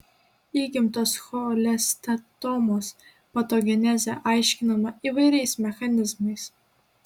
įgimtos cholesteatomos patogenezė aiškinama įvairiais mechanizmais